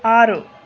ಆರು